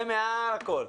זה מעל הכול,